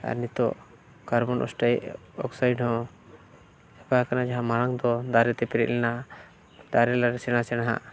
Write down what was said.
ᱟᱨ ᱱᱤᱛᱳᱜ ᱠᱟᱨᱵᱚᱱᱼᱰᱟᱭᱼᱚᱠᱥᱟᱭᱤᱰ ᱦᱚᱸ ᱡᱟᱦᱟᱸ ᱢᱟᱲᱟᱝ ᱫᱚ ᱫᱟᱨᱮ ᱛᱮ ᱯᱮᱨᱮᱡ ᱞᱮᱱᱟ ᱫᱟᱨᱮᱼᱱᱟᱹᱲᱤ ᱥᱮᱬᱟ ᱥᱮᱬᱟ ᱦᱟᱸᱜ